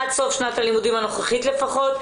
עד סוף שנת הלימודים הנוכחית לפחות.